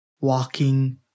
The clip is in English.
walking